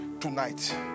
tonight